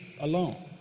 alone